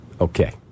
Okay